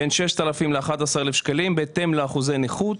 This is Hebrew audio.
בין 6,000 11,000 שקלים, בהתאם לאחוזי נכות.